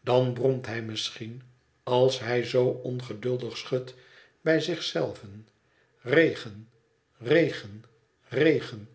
dan bromt hij misschien als hij zoo ongeduldig schudt bij zich zelven regen regen regen